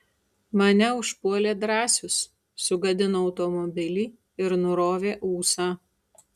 mane užpuolė drąsius sugadino automobilį ir nurovė ūsą